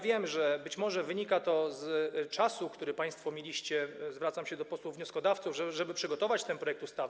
Wiem, że być może wynika to z czasu, który państwo mieliście - zwracam się do posłów wnioskodawców - żeby przygotować ten projekt ustawy.